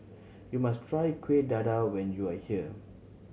you must try Kuih Dadar when you are here